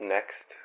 Next